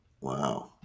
Wow